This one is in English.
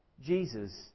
Jesus